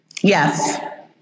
Yes